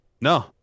No